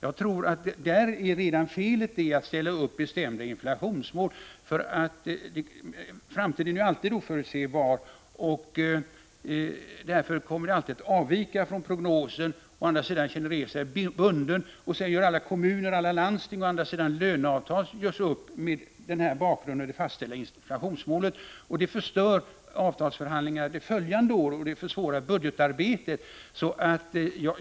Jag tror också att felet ligger redan i att ställa upp bestämda inflationsmål, och det skall jag gärna hävda. Framtiden är ju alltid oförutsebar, och därför kommer den alltid att avvika från prognoser. Å andra sidan känner sig regering, kommuner och landsting bundna och gör upp löneavtal mot bakgrund av det fastställda inflationsmålet, och detta försvårar avtalsförhandlingarna följande år och försvårar budgetarbetet.